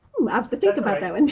have to think about that